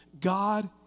God